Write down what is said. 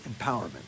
empowerment